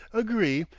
agree,